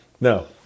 no